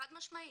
חד משמעית.